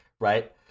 Right